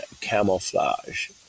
camouflage